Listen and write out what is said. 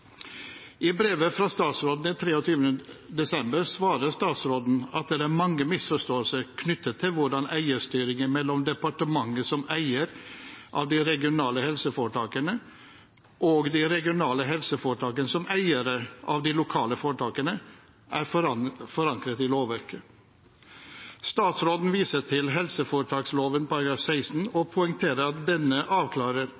I brevet fra statsråden av 23. desember svarer statsråden at det er mange misforståelser knyttet til hvordan eierstyringen mellom departementet, som eier av de regionale helseforetakene, og de regionale helseforetakene, som eiere av de lokale foretakene, er forankret i lovverket. Statsråden viser til helseforetaksloven § 16 og poengterer at denne avklarer